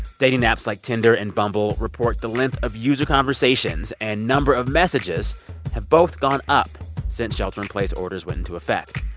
dating apps like tinder and bumble report the length of user conversations and number of messages have both gone up since shelter-in-place orders went into effect.